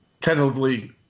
tentatively